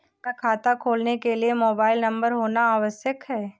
क्या खाता खोलने के लिए मोबाइल नंबर होना आवश्यक है?